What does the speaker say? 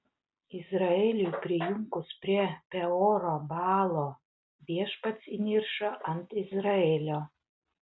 izraeliui prijunkus prie peoro baalo viešpats įniršo ant izraelio